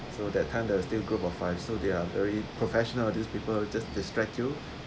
so that time the still group of five so they are very professional these people just distract you